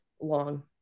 long